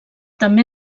també